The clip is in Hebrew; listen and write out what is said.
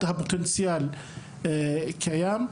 הפוטנציאל קיים.